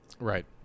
Right